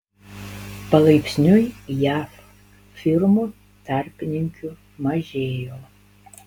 palaipsniui jav firmų tarpininkių mažėjo